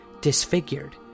disfigured